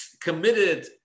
committed